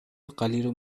القليل